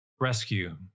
rescue